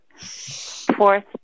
Fourth